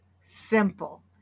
simple